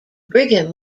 brigham